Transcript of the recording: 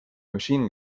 machine